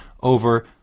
over